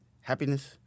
happiness